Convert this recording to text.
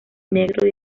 negro